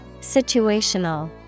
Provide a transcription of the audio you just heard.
Situational